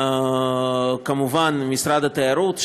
וכמובן משרד התיירות,